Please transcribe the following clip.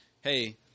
hey